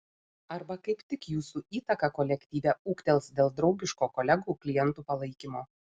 arba kaip tik jūsų įtaka kolektyve ūgtels dėl draugiško kolegų klientų palaikymo